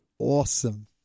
Awesome